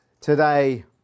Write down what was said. Today